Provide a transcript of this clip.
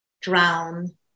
drown